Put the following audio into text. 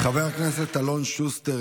חבר הכנסת אלון שוסטר,